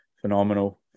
phenomenal